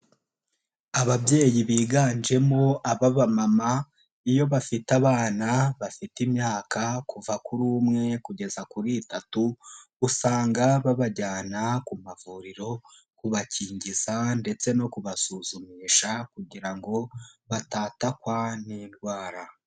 Ababyeyi biganjemo ab'abama iyo bafite abana bafite imyaka kuva kuri umwe kugeza kuri itatu usanga babajyana ku mavuriro kubakingiza ndetse no kubasuzumisha kugira ngo batatakwa n'indwara.